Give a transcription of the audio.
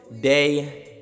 day